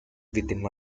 within